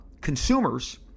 consumers